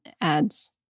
adds